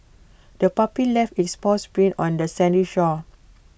the puppy left its paw prints on the sandy shore